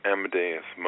Amadeus